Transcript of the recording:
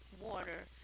water